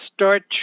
start